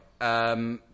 right